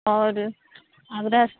اور آگرہ